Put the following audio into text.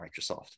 Microsoft